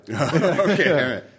Okay